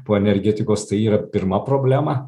po energetikos tai yra pirma problema